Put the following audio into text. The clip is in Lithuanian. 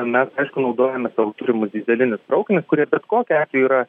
mes aišku naudojame savo turimus dyzelinius traukinius kurie bet kokiu atveju yra